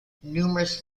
numerous